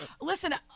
Listen